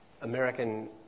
American